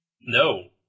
No